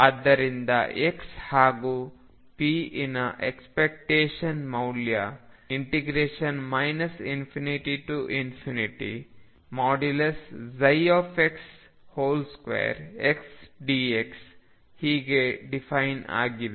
ಆದ್ದರಿಂದ x ಹಾಗೂ p ಇನ ಎಕ್ಸ್ಪೆಕ್ಟೇಶನ್ ಮೌಲ್ಯ ∞x2xdx ಹೀಗೆ ಡಿಫೈನ್ ಆಗಿದೆ